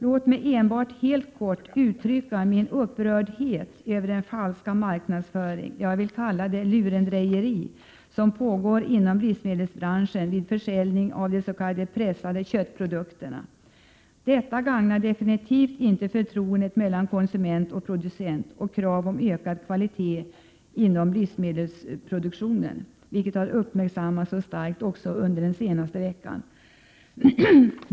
Låt mig enbart helt kort uttrycka min upprördhet över den falska marknadsföring — jag vill kalla det lurendrejeri — som pågår inom livsmedelsbranschen vid försäljning av de s.k. pressade köttprodukterna. Detta gagnar absolut inte förtroendet mellan konsument och producent och kravet på ökad kvalitet på livsmedelsprodukterna, vilket har starkt uppmärksammats under den senaste veckan.